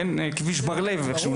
שנקרא כביש ׳בר לב׳.